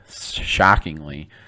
shockingly